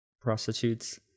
prostitutes